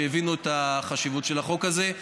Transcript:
שהבינו את החשיבות של החוק הזה.